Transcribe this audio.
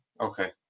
Okay